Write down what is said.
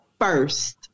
first